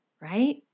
right